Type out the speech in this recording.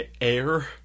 Air